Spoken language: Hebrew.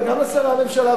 וגם לשרי הממשלה,